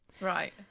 right